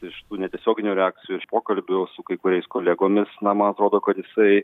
iš tų netiesioginių reakcijų iš pokalbių su kai kuriais kolegomis na man atrodo kad jisai